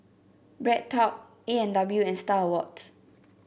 BreadTalk A and W and Star Awards